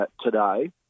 today